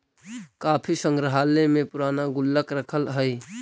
काफी संग्रहालय में पूराना गुल्लक रखल हइ